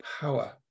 power